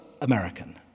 American